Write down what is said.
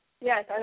Yes